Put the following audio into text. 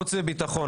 חוץ וביטחון,